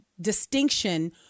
distinction